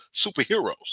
superheroes